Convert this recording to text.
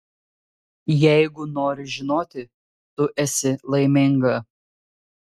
jeigu nori žinoti tu esi laiminga